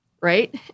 right